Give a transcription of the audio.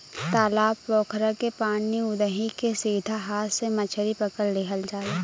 तालाब पोखरा के पानी उदही के सीधा हाथ से मछरी पकड़ लिहल जाला